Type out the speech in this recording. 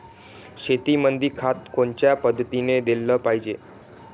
शेतीमंदी खत कोनच्या पद्धतीने देलं पाहिजे?